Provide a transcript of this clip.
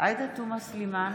עמיחי שיקלי,